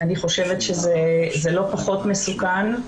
אני חושבת שזה לא פחות מסוכן.